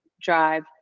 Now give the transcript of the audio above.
drive